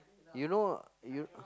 you know you